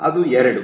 ಅದು ಎರಡು